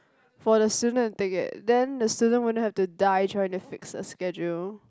for the students to take it then students won't have to die trying fix the schedule